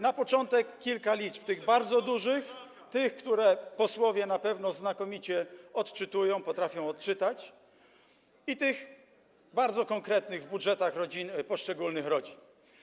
Na początek kilka liczb, tych bardzo dużych, tych, które posłowie na pewno znakomicie odczytują, potrafią odczytać, i tych bardzo konkretnych w budżetach poszczególnych rodzin.